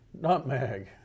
Nutmeg